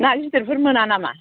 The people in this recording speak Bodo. ना गिदिरफोर मोना नामा